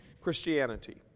Christianity